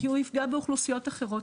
כי הוא יפגע באוכלוסיות אחרות,